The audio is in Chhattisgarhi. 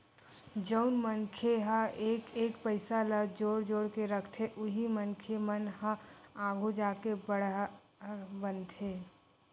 जउन मनखे ह एक एक पइसा ल जोड़ जोड़ के रखथे उही मनखे मन ह आघु जाके बड़हर बनथे